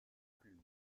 pluie